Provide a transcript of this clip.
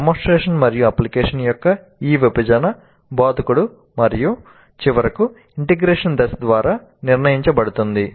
demonstration మరియు application యొక్క ఈ విభజన బోధకుడు మరియు చివరకు ఇంటెగ్రేషన్ దశ ద్వారా నిర్ణయించబడుతుంది